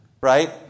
Right